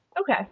Okay